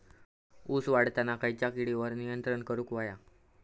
ऊस वाढताना खयच्या किडींवर नियंत्रण करुक व्हया?